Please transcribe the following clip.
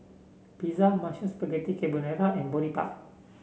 Pizza Mushroom Spaghetti Carbonara and Boribap